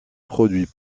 produit